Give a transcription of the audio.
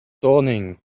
dawning